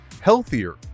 healthier